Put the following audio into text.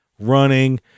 running